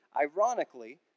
ironically